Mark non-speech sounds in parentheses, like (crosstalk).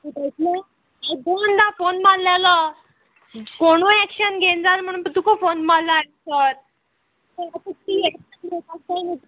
(unintelligible) दोनदा फोन मारलेलो कोणू एक्शन घेन जाल म्हण तुका फोन मारला हांयें सर (unintelligible)